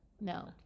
No